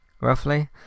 roughly